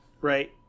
right